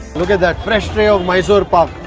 look at that fresh tray of mysore pak.